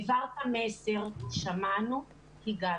העברת מסר, שמענו, הגבנו.